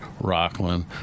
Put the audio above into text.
Rockland